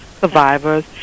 survivors